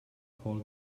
paul